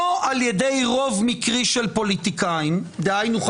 על ידי רוב מקרי של פוליטיקאים דהיינו,